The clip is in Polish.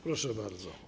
Proszę bardzo.